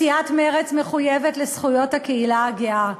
סיעת מרצ מחויבת לזכויות הקהילה הגאה,